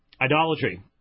idolatry